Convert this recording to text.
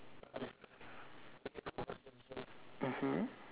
mmhmm